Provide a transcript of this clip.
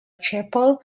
chapel